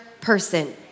person